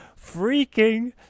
freaking